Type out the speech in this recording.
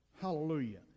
Hallelujah